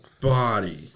body